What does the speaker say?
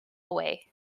away